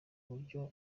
uburyo